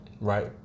Right